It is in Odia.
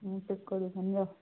ମୁଁ ପ୍ୟାକ୍ କରି ଦେଉଛେ ନିଅ